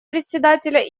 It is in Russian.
председателя